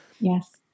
Yes